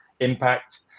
impact